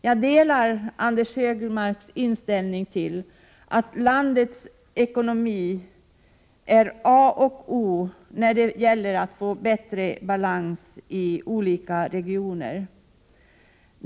Jag delar Anders Högmarks inställning, att landets ekonomi är A och O när det gäller att få till stånd bättre balans i olika regioner.